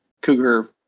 cougar